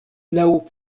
laŭ